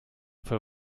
für